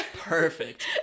perfect